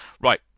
right